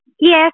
Yes